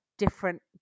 different